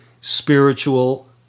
spiritual